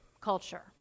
culture